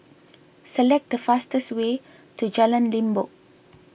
select the fastest way to Jalan Limbok